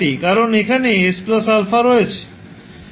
কারণ এখানে 𝑠 𝛼 রয়েছে